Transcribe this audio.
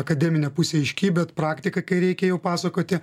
akademinė pusė aiški bet praktika kai reikia jau pasakoti